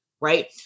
right